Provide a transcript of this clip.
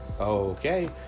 Okay